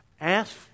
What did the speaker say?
ask